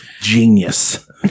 genius